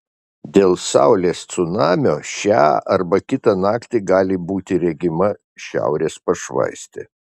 dėl saulės cunamio šią arba kitą naktį gali būti regima šiaurės pašvaistė